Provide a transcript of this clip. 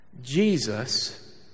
Jesus